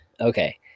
Okay